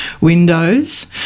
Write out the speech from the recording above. windows